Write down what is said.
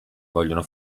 vogliono